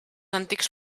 antics